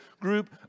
group